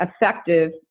effective